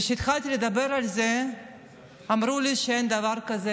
וכשהתחלתי לדבר על זה אמרו לי שאין דבר כזה